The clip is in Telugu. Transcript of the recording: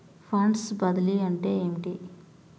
ఫండ్స్ బదిలీ అంటే ఏమిటి?